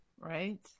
right